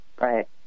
Right